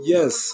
Yes